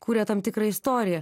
kuria tam tikrą istoriją